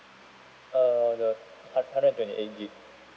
uh the hu~ hundred and twenty eight gig